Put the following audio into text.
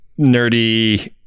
nerdy